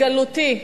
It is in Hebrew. הגלותי,